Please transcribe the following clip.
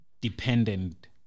dependent